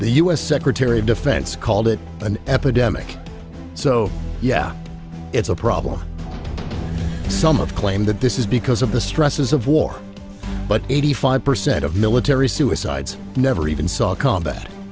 the u s secretary of defense called it an epidemic so yeah it's a problem some of claimed that this is because of the stresses of war but eighty five percent of military suicides never even saw combat